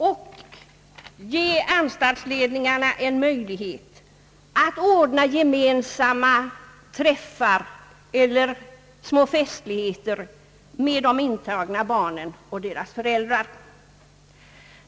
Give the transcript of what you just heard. Anstaltsledningarna skulle också få en möjlighet att anordna gemensamma träffar eller små festligheter med de intagna barnen och deras föräldrar.